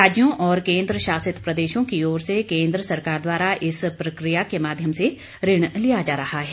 राज्यों और केंद्रशासित प्रदेशों की ओर से केन्द्र सरकार द्वारा इस प्रक्रिया के माध्यम से ऋण लिया जा रहा है